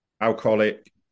alcoholic